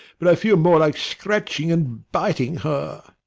but i feel more like scratching and biting her.